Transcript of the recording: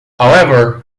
however